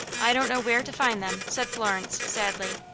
i don't know where to find them, said florence, sadly.